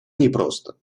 непросто